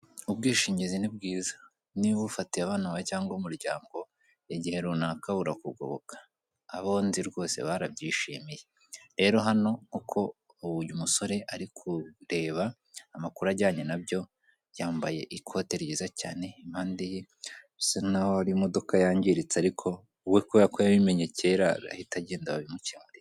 Ubwishingizi ni bwiza, niba ubufatiye abana bawe cyangwa umuryango, igihe runaka burakugoboka,, abo nzi rwose barabyishimiye, rero hano koko uyu musore ari kureba amakuru ajyanye nabyo ,yambaye ikote ryiza cyane , impande ye bisa nkaho hari imodoka yangiritse ariko we kubera ko yabimenye kera arahira agenda babimukemurire.